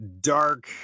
dark